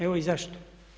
Evo i zašto.